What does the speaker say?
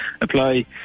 apply